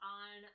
on